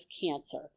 cancer